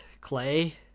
clay